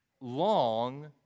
long